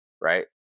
right